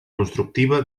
constructiva